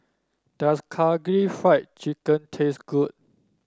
does Karaage Fried Chicken taste good